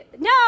No